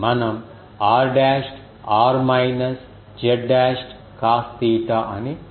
మనం r dashed r minus z dashed cos theta అని వ్రాయవచ్చు